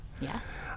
Yes